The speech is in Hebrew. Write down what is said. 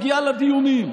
מגיעה לדיונים.